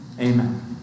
Amen